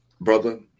brother